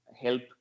help